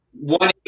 one